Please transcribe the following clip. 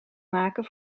maken